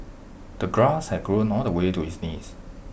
the grass had grown all the way to his knees